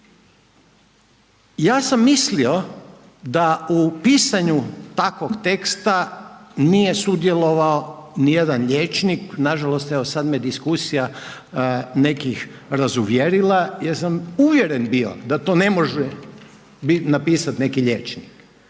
Ja sam mislio da u pisanju takvog teksta nije sudjelovao nijedan liječnik, nažalost evo sad me diskusija nekih razuvjerila jer sam uvjeren bio da to ne može napisat neki liječnik,